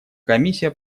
комиссия